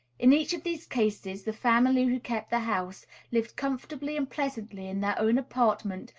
in each of these cases the family who kept the house lived comfortably and pleasantly in their own apartment,